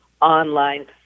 online